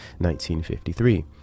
1953